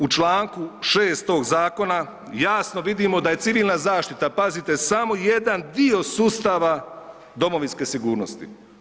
U članku 6. tog zakona jasno vidimo da je Civilna zaštita pazite samo jedan dio sustava domovinske sigurnosti.